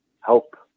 help